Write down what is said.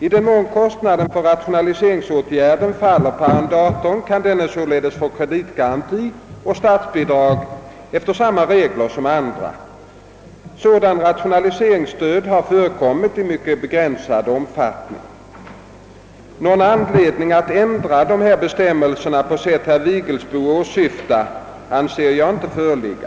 I den mån kostnaden för rationaliseringsåtgärden faller på arrendatorn kan denne således få kreditgaranti och statsbidrag efter samma regler som andra. Sådant rationaliseringsstöd har förekommit i mycket begränsad omfattning. Någon anledning att ändra dessa bestämmelser på sätt herr Vigelsbo åsyftar anser jag inte föreligga.